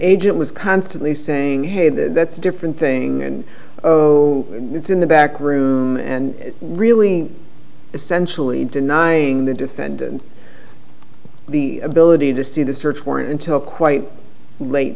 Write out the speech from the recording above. agent was constantly saying hey that's a different thing and it's in the back room and really essentially denying the defendant the ability to see the search warrant until quite late